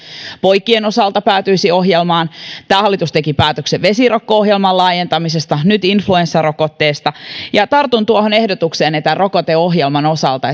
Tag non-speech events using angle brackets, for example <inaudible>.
poikien osalta päätyisi ohjelmaan tämä hallitus teki päätöksen vesirokko ohjelman laajentamisesta nyt influenssarokotteesta ja tartun tuohon ehdotukseenne rokoteohjelman osalta <unintelligible>